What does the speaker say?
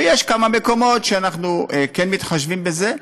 ויש כמה מקומות שבהם אנחנו כן מתחשבים בזה.